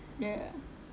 yeah